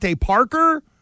parker